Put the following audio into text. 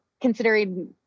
considering